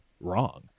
wrong